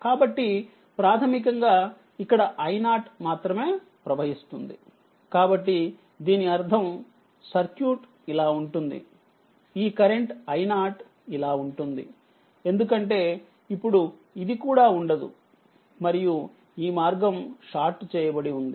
కాబట్టి ప్రాథమికంగా ఇక్కడ i0మాత్రమే ప్రవహిస్తుంది కాబట్టి దీని అర్థం సర్క్యూట్ ఇలా ఉంటుంది ఈ కరెంట్ i0 ఇలా ఉంటుంది ఎందుకంటే ఇప్పుడు ఇది కూడా ఉండదు మరియుఈ మార్గం షార్ట్ చెయ్యబడి వుంది